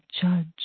judge